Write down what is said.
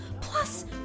plus